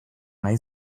nahi